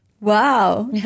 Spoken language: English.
Wow